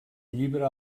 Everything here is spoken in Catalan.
llibre